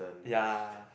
ya